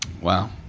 Wow